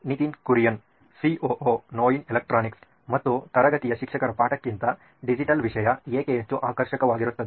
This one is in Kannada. ನಿತಿನ್ ಕುರಿಯನ್ ಸಿಒಒ ನೋಯಿನ್ ಎಲೆಕ್ಟ್ರಾನಿಕ್ಸ್ ಮತ್ತು ತರಗತಿಯ ಶಿಕ್ಷಕರ ಪಾಠಕ್ಕಿಂತ ಡಿಜಿಟಲ್ ವಿಷಯ ಏಕೆ ಹೆಚ್ಚು ಆಕರ್ಷಕವಾಗಿರುತ್ತದೆ